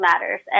matters